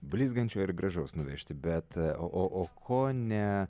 blizgančio ir gražaus nuvežti bet o o o ko ne